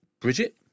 Bridget